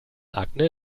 akne